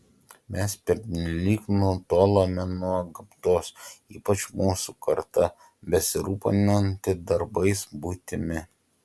mes pernelyg nutolome nuo gamtos ypač mūsų karta besirūpinanti darbais buitimi